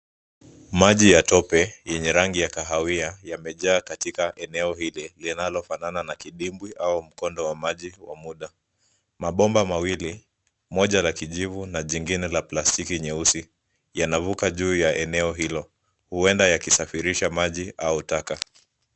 Maji ya tope yenye rangi ya kahawia yamejaa katika eneo hili linalofanana na kidimbwi au mkondo wa maji wa muda. Mabomba mawili, moja la kijivu na jingine la plastiki nyeusi yanavuka juu ya eneo hilo huenda yakishafirisha maji au taka.